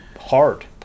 hard